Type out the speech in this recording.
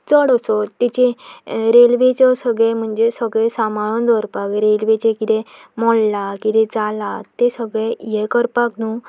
चड असो तेचे रेल्वेचो सगळे म्हणजे सगळें सांबाळून दवरपाक रेल्वेचें कितें मोडलां किदें जालां तें सगळें हें करपाक न्हू